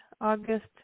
August